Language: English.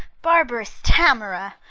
barbarous tamora,